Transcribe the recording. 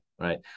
Right